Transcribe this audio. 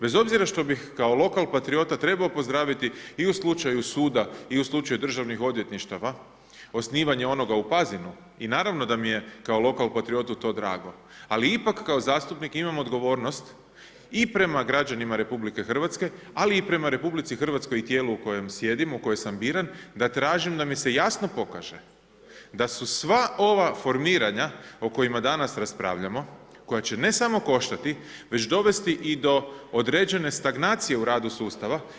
Bez obzira što bih kao lokal patriota trebao pozdraviti i u slučaju suda i u slučaju državnih odvjetništava osnivanje onoga u Pazinu i naravno da mi je kao lokal patriotu to drago, ali ipak kao zastupnik imam odgovornost i prema građanima Republike Hrvatske, ali i prema Republici Hrvatskoj i tijelu u kojem sjedim, u koje sam biran da tražim da mi se jasno pokaže da su sva ova formiranja o kojima danas raspravljamo koja će ne samo koštati, već dovesti i do određene stagnacije u radu sustava.